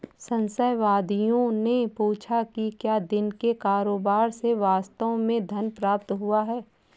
संशयवादियों ने पूछा कि क्या दिन के कारोबार से वास्तव में धन प्राप्त हुआ है